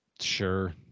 sure